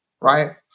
right